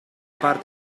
parte